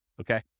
Okay